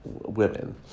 women